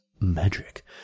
magic